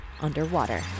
Underwater